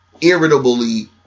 irritably